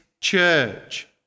church